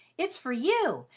it's for you,